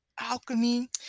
alchemy